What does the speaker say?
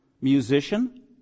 musician